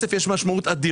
אבל בכסף יש משמעות אדירה.